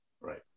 Right